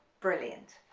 brilliant.